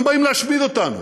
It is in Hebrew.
הם באים להשמיד אותנו.